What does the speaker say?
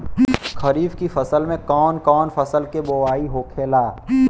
खरीफ की फसल में कौन कौन फसल के बोवाई होखेला?